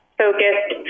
focused